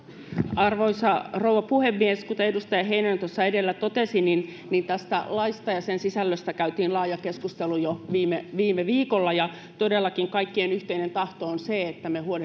arvoisa rouva puhemies kuten edustaja heinonen tuossa edellä totesi tästä laista ja sen sisällöstä käytiin laaja keskustelu jo viime viikolla ja todellakin kaikkien yhteinen tahto on se että me